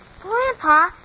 Grandpa